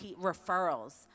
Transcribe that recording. referrals